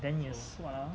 then he has what ah